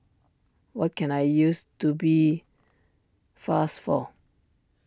what can I use Tubifast for